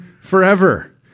forever